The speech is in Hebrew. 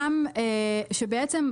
בעצם,